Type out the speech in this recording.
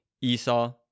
Esau